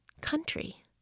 country